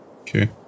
Okay